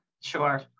sure